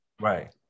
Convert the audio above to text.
Right